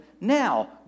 Now